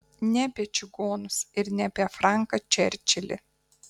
ne apie čigonus ir ne apie franką čerčilį